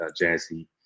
Jazzy